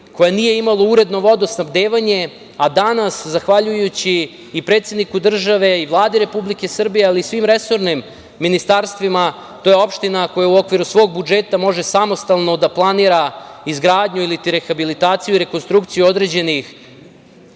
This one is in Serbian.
koja nije imala uredno vodosnabdevanje, a danas zahvaljujući i predsedniku države i Vladi Republike Srbije, ali i svim resornim ministarstvima to je opština koja u okviru svog budžeta može samostalno da planira izgradnju iliti rehabilitaciju i rekonstrukciju određenih